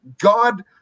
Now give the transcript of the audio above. God